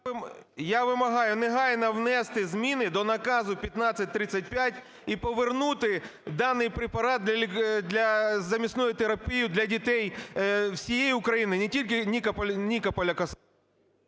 Я вимагаю негайно внести зміни до Наказу 1535 і повернути даний препарат для замісної терапії для дітей всієї України, не тільки Нікополя…